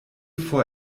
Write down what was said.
for